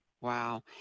Wow